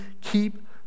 keep